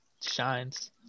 shines